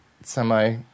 semi